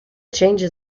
changes